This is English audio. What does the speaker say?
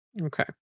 Okay